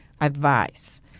advice